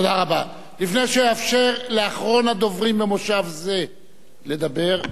לפני שאאפשר לאחרון הדוברים במושב זה לדבר,